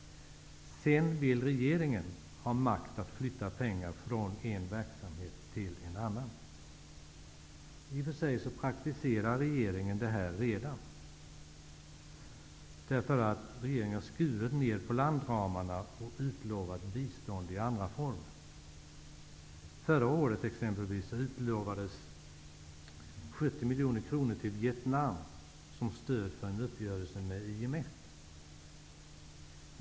Sedan vill regeringen ha makt att flytta pengar från en verksamhet till en annan. I och för sig praktiserar regeringen redan detta. Regeringen har skurit ner på landramarna och utlovat bistånd i andra former. Förra året utlovades exempelvis 70 miljoner kronor till Vietnam, som stöd för en uppgörelse med IMF.